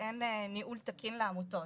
שאין ניהול תקין לעמותות,